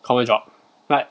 confirm drop but